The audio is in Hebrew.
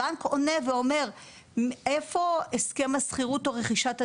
הבנק עונה ואומר איפה הסכם השכירות או רכישת הדירה?